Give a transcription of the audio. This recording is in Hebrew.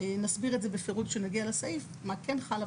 נסביר בפירוט כשנגיע לסעיף מה כן חל,